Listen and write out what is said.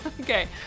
Okay